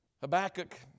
Habakkuk